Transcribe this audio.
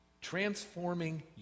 Transforming